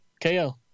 KO